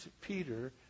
Peter